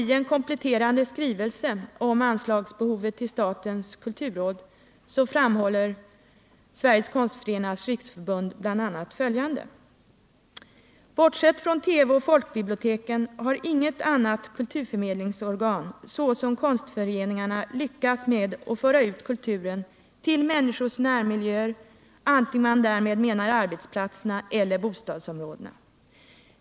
I en kompletterande skrivelse om anslagsbehovet till statens kulturråd framhåller SKR bl.a. följande: ”Bortsett från TV och folkbiblioteken har inget annat kulturförmedlingsorgan såsom konstföreningarna lyckats med att föra ut kulturen till människornas närmiljöer antingen man därmed menar arbetsplatserna eller bostadsområdena.